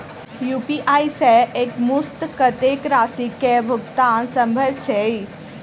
UPI सऽ एक मुस्त कत्तेक राशि कऽ भुगतान सम्भव छई?